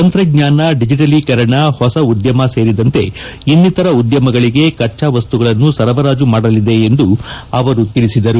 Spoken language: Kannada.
ತಂತ್ರಜ್ಞಾನ ಡಿಜೆಟಲೀಕರಣ ಹೊಸ ಉದ್ದಮ ಸೇರಿದಂತೆ ಇನ್ನಿತರ ಉದ್ದಮಗಳಿಗೆ ಕಚ್ಚಾ ವಸ್ತುಗಳನ್ನು ಸರಬರಾಜು ಮಾಡಲಿದೆ ಎಂದು ಅವರು ತಿಳಿಸಿದರು